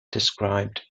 described